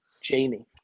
Jamie